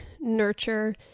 nurture